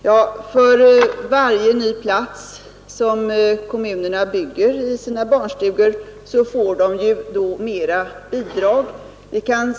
Ja, för varje ny plats som kommunerna bygger i sina barnstugor får de redan större bidrag från staten.